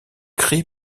cri